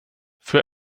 für